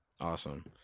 Awesome